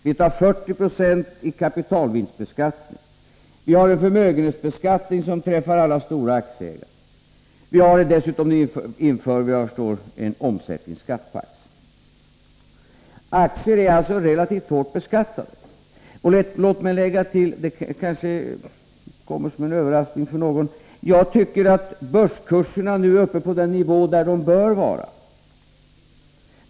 Vi tar 40 90 i kapitalvinstbeskattning. Vi har en förmögenhetsbeskattning som träffar alla stora aktieägare. Vi inför dessutom en omsättningsskatt på aktier. Aktier är alltså relativt hårt beskattade. Låt mig tillägga — och det kommer kanske som en överraskning för någon — att jag tycker att börskurserna nu är uppe på den nivå där de bör vara.